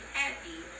happy